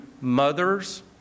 mothers